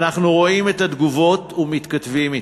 אנחנו רואים את התגובות ומתכתבים אתן.